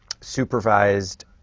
supervised